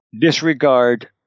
Disregard